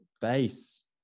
base